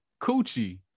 coochie